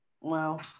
wow